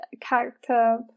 character